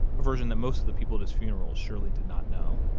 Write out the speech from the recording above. a version that most of the people at his funeral surely did not know.